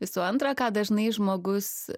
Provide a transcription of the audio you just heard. visų antra ką dažnai žmogus